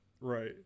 Right